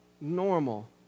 normal